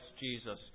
Jesus